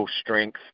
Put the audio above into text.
strength